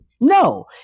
No